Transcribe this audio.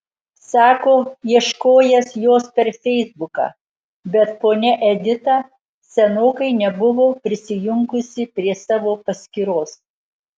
sako ieškojęs jos per feisbuką bet ponia edita senokai nebuvo prisijungusi prie savo paskyros